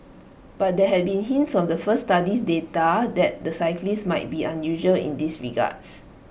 but there had been hints of the first study's data that the cyclists might be unusual in these regards